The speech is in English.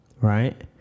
right